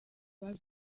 babi